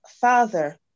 Father